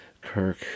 Kirk